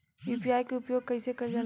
UPI के उपयोग कइसे कइल जाला?